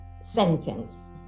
sentence